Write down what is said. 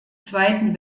zweiten